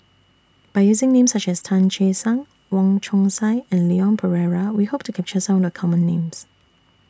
By using Names such as Tan Che Sang Wong Chong Sai and Leon Perera We Hope to capture Some of The Common Names